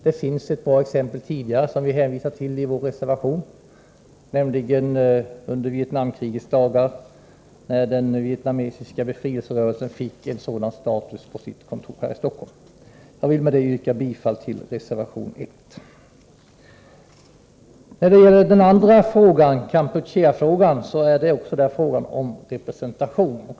Det finns ett par exempel tidigare som vi hänvisat till i vår reservation. Exempelvis under Vietnamkrigets dagar fick den vietnamesiska befrielserörelsens kontor här i Stockholm en viss status. Jag yrkar bifall till reservation 1; I den andra frågan, Kampucheafrågan, gäller det också representation.